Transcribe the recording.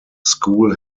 school